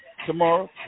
Tomorrow